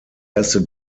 erste